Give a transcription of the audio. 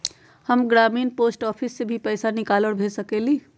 हम ग्रामीण post office से भी पैसा निकाल और भेज सकेली?